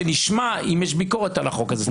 שנשמע אם יש ביקורת על החוק הזה.